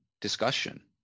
discussion